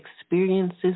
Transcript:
experiences